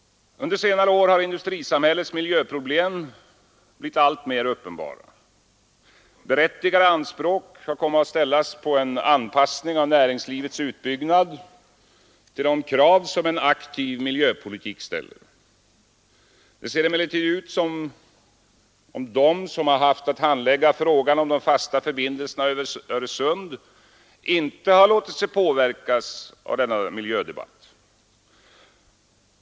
Under senare år har industrisamhällets miljöproblem blivit alltmer uppenbara. Berättigade anspråk kommer att ställas på en anpassning av näringslivets utbyggnad till de krav som en aktiv miljöpolitik ställer. Nu ser det emellertid ut som om de som haft att handlägga frågan om de fasta förbindelserna över Öresund inte har låtit sig påverka av denna miljödebatt.